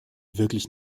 wirklich